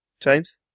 James